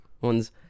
ones